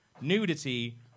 nudity